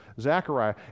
Zechariah